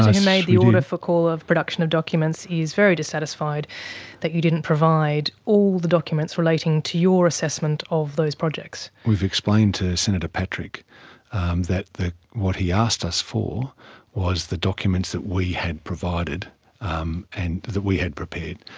who made the order for call of production of documents is very dissatisfied that you didn't provide all the documents relating to your assessment of those projects. we've explained to senator patrick that what he asked us for was the documents that we had provided um and that we had prepared.